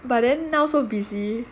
but then now so busy